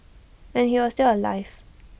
and he was still alive